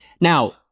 Now